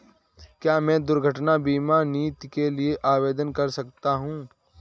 क्या मैं दुर्घटना बीमा नीति के लिए आवेदन कर सकता हूँ?